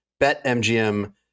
BetMGM